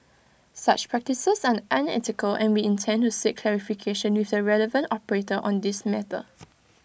such practices are unethical and we intend to seek clarification with the relevant operator on this matter